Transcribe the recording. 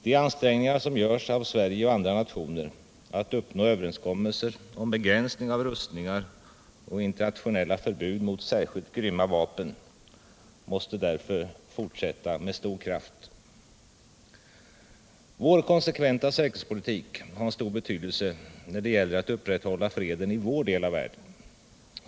De ansträngningar som görs av Sverige och andra nationer att uppnå överenskommelser om begränsning av rustningar och internationella förbud mot särskilt grymma vapen måste därför fortsätta med stor kraft. Vår konsekventa säkerhetspolitik har stor betydelse när det gäller att upprätthålla freden i vår del av världen.